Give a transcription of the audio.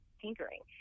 tinkering